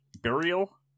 burial